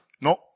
No